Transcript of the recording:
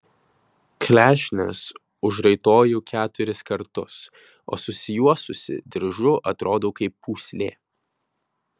klešnes užraitoju keturis kartus o susijuosusi diržu atrodau kaip pūslė